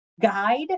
guide